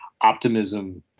optimism